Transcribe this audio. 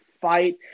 fight